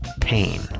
pain